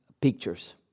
Pictures